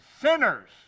sinners